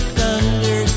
thunder